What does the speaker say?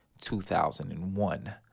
2001